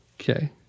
Okay